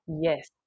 Yes